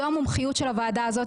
זו המומחיות של הוועדה הזאת.